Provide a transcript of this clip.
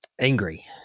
Angry